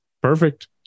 Perfect